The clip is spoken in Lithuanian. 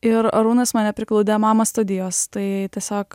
ir arūnas mane priglaudė mama studijos tai tiesiog